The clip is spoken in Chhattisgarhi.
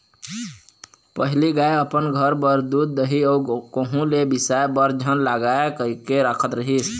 पहिली गाय अपन घर बर दूद, दही अउ कहूँ ले बिसाय बर झन लागय कहिके राखत रिहिस